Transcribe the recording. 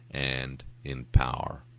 and in power.